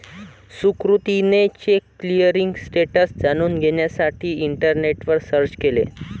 सुकृतीने cheque clearing status जाणून घेण्यासाठी इंटरनेटवर सर्च केले